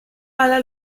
alla